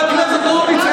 חבר הכנסת הורוביץ,